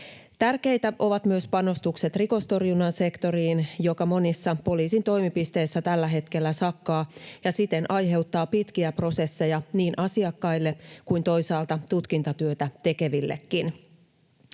Tärkeitä ovat myös panostukset rikostorjunnan sektoriin, joka monissa poliisin toimipisteissä tällä hetkellä sakkaa ja siten aiheuttaa pitkiä prosesseja niin asiakkaille kuin toisaalta tutkintatyötä tekevillekin.